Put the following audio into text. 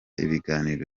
ibiganiro